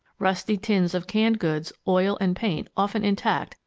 rusty tins of canned goods, oil, and paint, often intact,